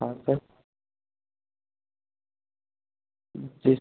हाँ सर जी